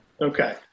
Okay